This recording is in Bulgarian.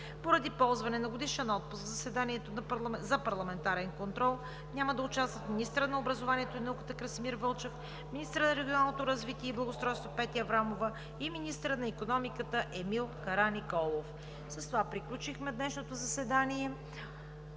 Поради ползване на годишен отпуск в заседанието за парламентарен контрол няма да участват: министърът на образованието и науката Красимир Вълчев; министърът на регионалното развитие и благоустройството Петя Аврамова; и министърът на икономиката Емил Караниколов. С това приключихме днешното заседание.